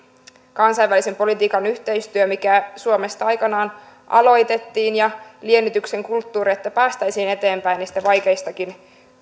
kansainvälisen politiikan yhteistyö mikä suomesta aikanaan aloitettiin ja liennytyksen kulttuuri että päästäisiin eteenpäin niistä vaikeistakin